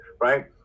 right